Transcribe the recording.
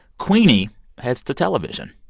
queenie heads to television.